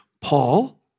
Paul